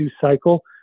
cycle